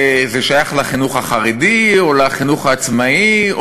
זה שייך לחינוך החרדי או לחינוך העצמאי,